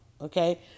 okay